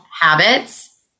habits